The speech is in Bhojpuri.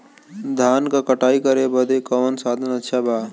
धान क कटाई करे बदे कवन साधन अच्छा बा?